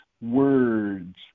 words